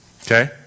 Okay